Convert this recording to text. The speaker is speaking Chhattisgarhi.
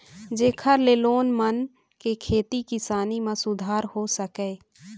जेखर ले लोगन मन के खेती किसानी म सुधार हो सकय